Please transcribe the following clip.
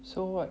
so what